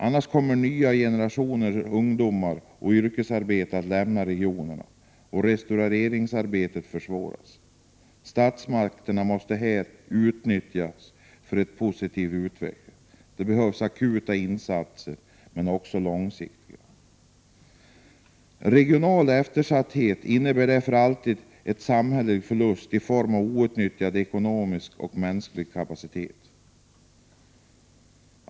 Annars kommer nya generationer ungdomar och yrkesarbetare att lämna regionerna och ”restaureringsarbetet” att försvåras. Statsmakten måste här utnyttjas för en positiv utveckling. Det behövs både akuta och långsiktiga insatser. Regional eftersatthet innebär alltid en samhällelig förlust i form av outnyttjad ekonomisk och mänsklig kapacitet.